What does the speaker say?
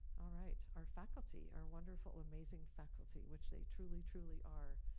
all right, our faculty, our wonderful amazing faculty, which they truly truly are.